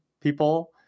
people